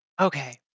okay